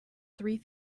three